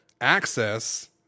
access